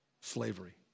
slavery